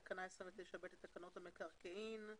תקנה 29(ב) לתקנות המקרקעין.